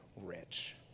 rich